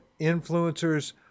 influencers